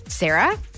Sarah